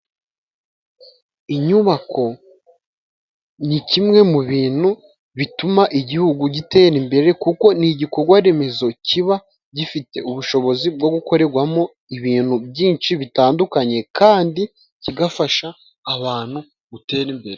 Inyubako ni kimwe mu binu bituma igihugu gitera imbere, kuko ni igikogwa remezo kiba gifite ubushobozi bwo gukoregwamo ibinu byinshi bitandukanye, kandi kigafasha abanu gutera imbere.